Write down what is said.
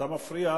אתה מפריע.